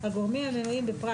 הגורמים המנויים בפרט